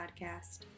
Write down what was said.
podcast